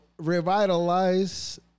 revitalize